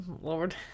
Lord